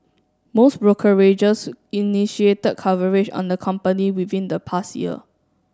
most brokerages initiated coverage on the company within the past year